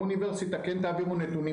באוניברסיטה: כן תעבירו נתונים,